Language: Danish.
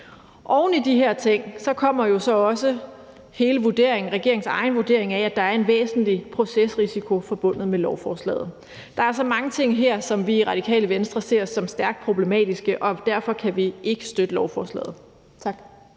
Oven i de her ting kommer jo så også regeringens egen vurdering af, at der er en væsentlig procesrisiko forbundet med lovforslaget. Der er altså mange ting her, som vi i Radikale Venstre ser som stærkt problematiske, og derfor kan vi ikke støtte lovforslaget. Tak.